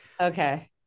Okay